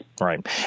Right